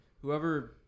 whoever